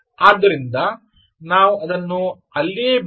ಆದ್ದರಿಂದ ನಾವು ಈಗ ಅದನ್ನು ಅಲ್ಲಿಯೇ ಬಿಡೋಣ